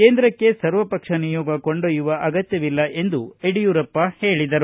ಕೇಂದ್ರಕ್ಕೆ ಸರ್ವ ಪಕ್ಷ ನಿಯೋಗ ಕೊಂಡೊಯ್ಲುವ ಅಗತ್ತವಿಲ್ಲ ಎಂದು ಯಡಿಯೂರಪ್ಪ ಹೇಳಿದರು